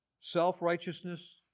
self-righteousness